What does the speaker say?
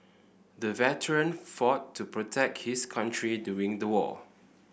the veteran fought to protect his country during the war